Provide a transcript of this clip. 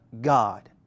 God